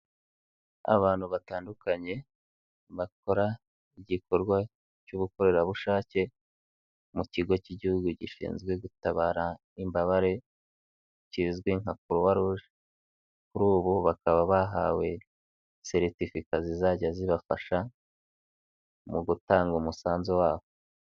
Abantu batandukanye bakora igikorwa cy'ubukorerabushake mu kigo k'igihugu gishinzwe gutabara imbabare kizwi nka kuruwa ruje kuri ubu bakaba bahawe seritifika zizajya zibafasha mu gutanga umusanzu wabo.